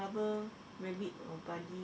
a rabbit open